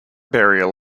burial